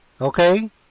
okay